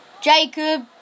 Jacob